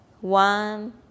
one